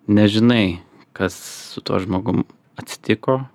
nežinai kas su tuo žmogum atsitiko